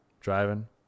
driving